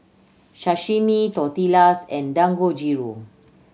Sashimi Tortillas and Dangojiru